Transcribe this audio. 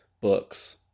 books